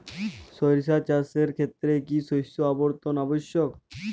সরিষা চাষের ক্ষেত্রে কি শস্য আবর্তন আবশ্যক?